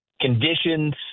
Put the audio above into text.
Conditions